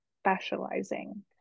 specializing